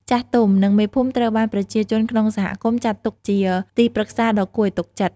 ចាស់ទុំ និងមេភូមិត្រូវបានប្រជាជនក្នុងសហគមន៍ចាត់ទុកជាទីប្រឹក្សាដ៏គួរឲ្យទុកចិត្ត។